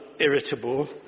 irritable